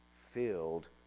filled